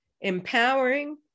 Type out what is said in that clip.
empowering